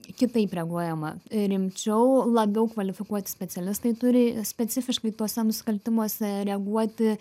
kitaip reaguojama rimčiau labiau kvalifikuoti specialistai turi specifiškai tuose nusikaltimuose reaguoti